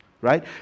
right